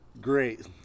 great